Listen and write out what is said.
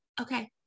okay